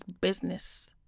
business